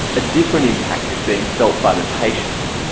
a different impact is being felt by the patients.